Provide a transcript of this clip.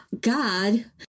God